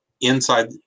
inside